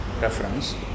reference